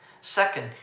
Second